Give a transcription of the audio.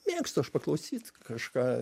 mėgstu aš paklausyt kažką